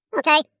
okay